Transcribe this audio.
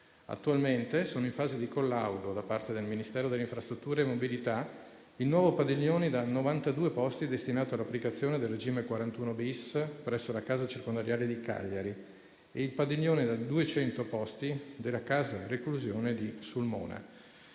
Attualmente sono in fase di collaudo, da parte del Ministero delle infrastrutture e dei trasporti, il nuovo padiglione dal 92 posti destinato all'applicazione del regime previsto dall'articolo 41-*bis* presso la casa circondariale di Cagliari e il padiglione da 200 posti della casa di reclusione di Sulmona.